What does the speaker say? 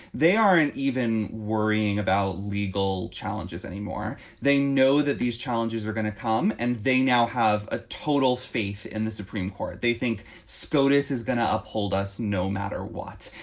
they are in even worrying about legal challenges anymore. they know that these challenges are going to come and they now have a total faith in the supreme court. they think scotus is going to uphold us no matter what.